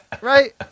Right